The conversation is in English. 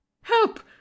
Help